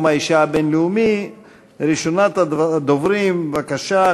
תוסיף אותי, בבקשה.